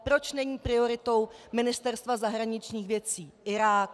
Proč není prioritou Ministerstva zahraničních věcí Irák?